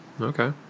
Okay